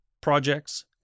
projects